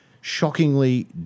shockingly